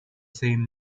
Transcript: same